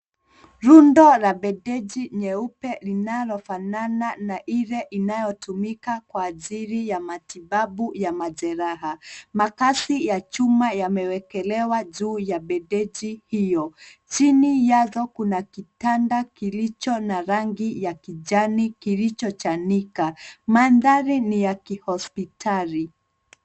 Rundo la bendeji nyeupe linalofanana na ile inayotumika kwa ajili ya matibabu ya majeraha. Makasi ya chuma yameekelewa juu ya bendeji hiyo. Chini yazo kuna kitanda kilicho na rangi ya kijani kilichochanika. Mandhari ni ya kihospitali.